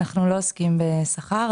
אנחנו לא עוסקים בשכר,